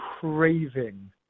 craving